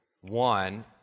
One